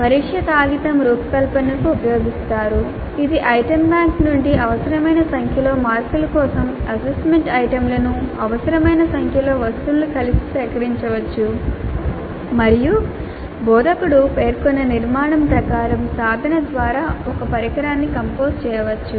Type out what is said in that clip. పరీక్ష కాగితం రూపకల్పనకు ఉపయోగిస్తారు ఇది ఐటెమ్ బ్యాంక్ నుండి అవసరమైన సంఖ్యలో మార్కుల కోసం అసెస్మెంట్ ఐటెమ్లను అవసరమైన సంఖ్యలో వస్తువులను కలిసి సేకరించవచ్చు మరియు బోధకుడు పేర్కొన్న నిర్మాణం ప్రకారం సాధనం ద్వారా ఒక పరికరాన్ని కంపోజ్ చేయవచ్చు